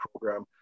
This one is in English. program